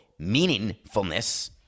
meaningfulness